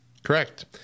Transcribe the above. Correct